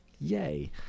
Yay